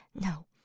No